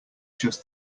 just